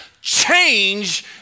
change